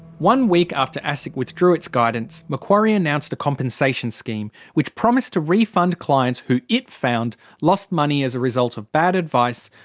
one week after asic withdrew its guidance, macquarie announced a compensation scheme which promised to refund clients who it found lost money as a result of bad advice,